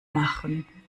machen